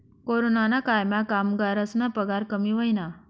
कोरोनाना कायमा कामगरस्ना पगार कमी व्हयना